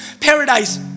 paradise